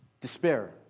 Despair